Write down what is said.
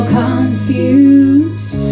confused